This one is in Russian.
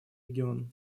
регион